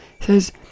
says